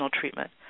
treatment